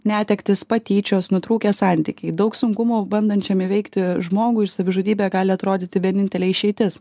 netektys patyčios nutrūkę santykiai daug sunkumų bandančiam įveikti žmogui savižudybė gali atrodyti vienintelė išeitis